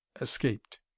escaped